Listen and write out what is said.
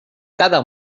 cada